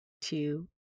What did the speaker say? two